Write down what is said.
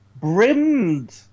brimmed